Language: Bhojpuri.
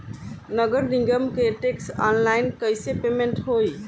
नगर निगम के टैक्स ऑनलाइन कईसे पेमेंट होई?